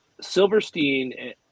Silverstein